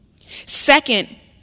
Second